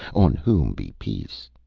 on whom be peace!